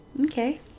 Okay